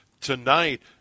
tonight